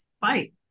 fight